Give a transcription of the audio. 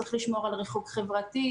צריך לשמור על ריחוק חברתי,